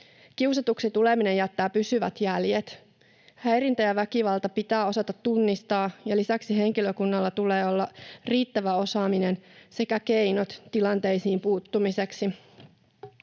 Kiusatuksi tuleminen jättää pysyvät jäljet. Häirintä ja väkivalta pitää osata tunnistaa, ja lisäksi henkilökunnalla tulee olla riittävä osaaminen sekä keinot tilanteisiin puuttumiseksi.